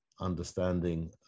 understanding